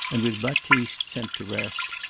and with baptiste sent to rest,